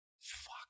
fuck